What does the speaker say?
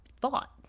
thought